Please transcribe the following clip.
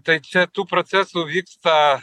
tai čia tų procesų vyksta